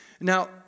Now